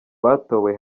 batowe